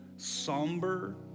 somber